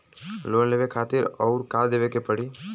Loan लेवे खातिर अउर का देवे के पड़ी?